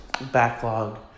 backlog